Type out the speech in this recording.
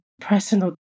personal